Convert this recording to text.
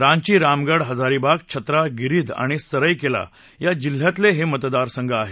रांची रामगड हजारीबाग छत्रा गिरिध आणि सरैकेला या जिल्ह्यातले हे मतदारसंघ आहेत